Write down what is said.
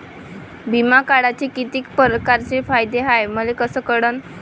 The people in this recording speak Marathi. बिमा काढाचे कितीक परकारचे फायदे हाय मले कस कळन?